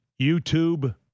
YouTube